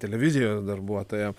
televizijos darbuotoja